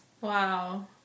Wow